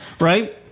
right